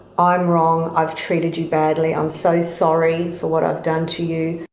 ah i'm wrong, i've treated you badly, i'm so sorry for what i've done to you,